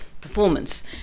performance